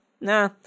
Nah